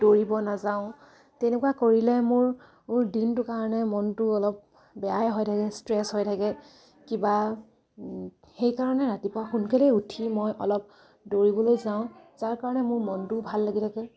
দৌৰিব নাযাওঁ তেনেকুৱা কৰিলে মোৰ মোৰ দিনটোৰ কাৰণে মনটো অলপ বেয়াই হৈ থাকে ষ্ট্ৰেছ হৈ থাকে কিবা সেইকাৰণে ৰাতিপুৱা সোনকালে উঠি মই অলপ দৌৰিবলৈ যাওঁ যাৰ কাৰণে মোৰ মনটোও ভাল লাগি থাকে